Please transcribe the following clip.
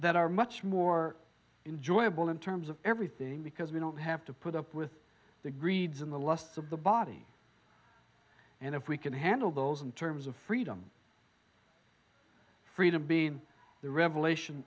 that are much more enjoyable in terms of everything because we don't have to put up with the greed's in the lusts of the body and if we can handle those in terms of freedom freedom being the revelation